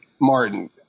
Martin